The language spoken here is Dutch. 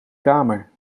kamer